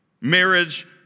Marriage